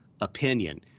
opinion